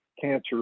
cancer